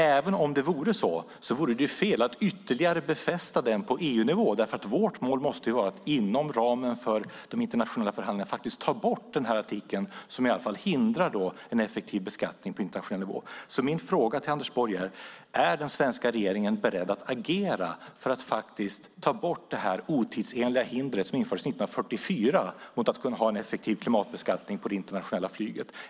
Även om det vore så vore det fel att ytterligare befästa det på EU-nivå, därför att vårt mål måste vara att inom ramen för de internationella förhandlingarna ta bort artikeln som i alla fall hindrar en effektiv beskattning på internationell nivå. Min fråga till Anders Borg är: Är den svenska regeringen beredd att agera för att ta bort det här otidsenliga hindret, som infördes 1944, för att kunna ha en effektiv klimatbeskattning på det internationella flyget?